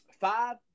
five